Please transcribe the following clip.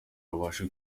rubashe